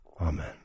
Amen